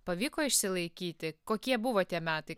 pavyko išsilaikyti kokie buvo tie metai